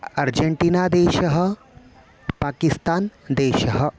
अर्जेण्टिनादेशः पाकिस्तान् देशः